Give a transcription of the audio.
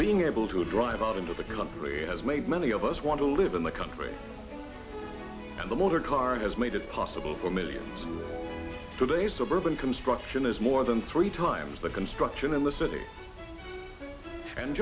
being able to drive out into the country has made many of us want to live in the country and the motor car has made it possible for millions today suburban construction is more than three times the construction in the city and